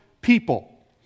people